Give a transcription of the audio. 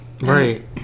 right